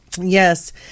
Yes